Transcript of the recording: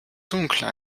dunkel